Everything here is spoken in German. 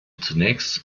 zunächst